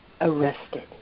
arrested